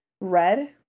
Red